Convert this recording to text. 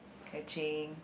catching